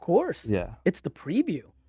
course. yeah it's the preview.